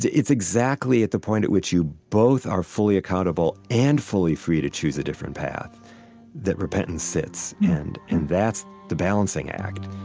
it's exactly at the point at which you both are fully accountable and fully free to choose a different path that repentance sits. and and that's the balancing act.